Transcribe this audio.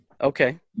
Okay